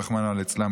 רחמנא ליצלן,